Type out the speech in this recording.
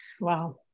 Wow